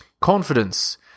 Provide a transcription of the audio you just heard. Confidence